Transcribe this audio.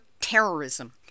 terrorism